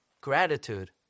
Gratitude